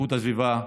לאיכות הסביבה,